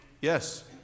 Yes